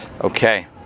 Okay